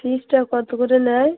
ফিজটা কত করে নেয়